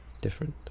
different